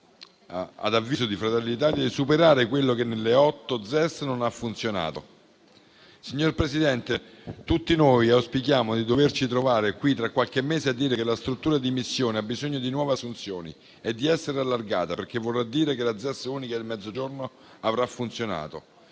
ad avviso di Fratelli d'Italia, di superare quello che nelle otto ZES non ha funzionato. Signor Presidente, tutti noi auspichiamo di trovarci qui tra qualche mese a dire che la struttura di missione ha bisogno di nuove assunzioni e di essere allargata, perché vorrà dire che la ZES unica del Mezzogiorno avrà funzionato,